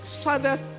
Father